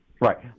Right